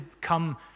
come